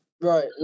Right